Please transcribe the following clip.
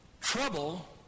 Trouble